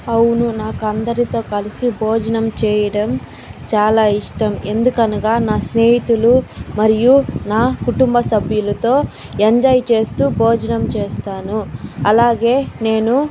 అవును నాకు అందరితో కలిసి భోజనం చేయడం చాలా ఇష్టం ఎందుకనగా నా స్నేహితులు మరియు నా కుటుంబ సభ్యులుతో ఎంజాయ్ చేస్తూ భోజనం చేస్తాను అలాగే నేను